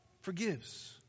forgives